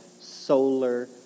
solar